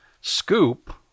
scoop